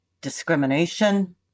discrimination